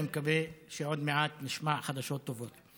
אני מקווה שעוד מעט נשמע חדשות טובות.